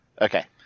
okay